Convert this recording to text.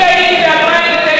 אני הייתי ב-2009,